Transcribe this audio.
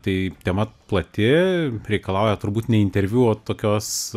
tai tema plati reikalauja turbūt ne interviu o tokios